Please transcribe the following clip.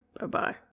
Bye-bye